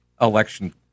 election